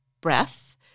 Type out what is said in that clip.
breath